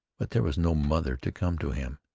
but there was no mother to come to him,